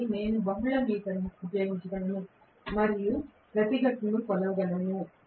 కాబట్టి నేను బహుళ మీటర్ను ఉపయోగించగలను మరియు ప్రతిఘటనను కొలవగలను